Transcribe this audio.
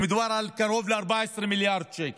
שמדובר שם על קרוב ל-14 מיליארד שקל,